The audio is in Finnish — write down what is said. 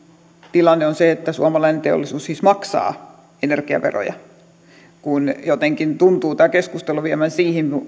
tilanne on se että suomalainen teollisuus siis maksaa energiaveroja jotenkin tuntuu tämä keskustelu vievän siihen